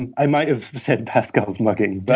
and i might have said pascal's mugging. but